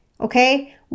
okay